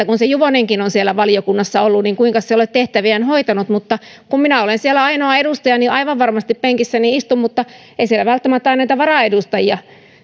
kun se juvonenkin on siellä valiokunnassa ollut niin kuinkas se ei ole tehtäviään hoitanut kun minä olen siellä ainoa edustaja niin aivan varmasti penkissäni istun mutta ei siellä välttämättä aina niitä varaedustajia